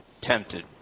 tempted